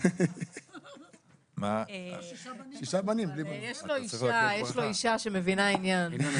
הזאת אז למה אתם --- אני מסבירה.